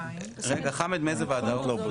חמד מאיזה ועדה הוא?